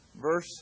verse